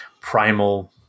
primal